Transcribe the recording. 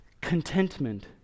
Contentment